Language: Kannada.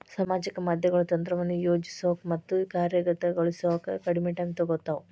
ಸಾಮಾಜಿಕ ಮಾಧ್ಯಮಗಳು ತಂತ್ರವನ್ನ ಯೋಜಿಸೋಕ ಮತ್ತ ಕಾರ್ಯಗತಗೊಳಿಸೋಕ ಕಡ್ಮಿ ಟೈಮ್ ತೊಗೊತಾವ